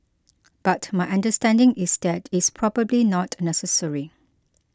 but my understanding is that it's probably not necessary